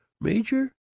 Major